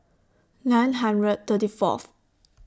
nine hundred thirty Fourth